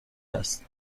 هست